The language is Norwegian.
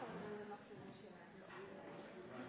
Nå er det